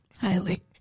Highly